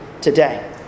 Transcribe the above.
today